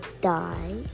die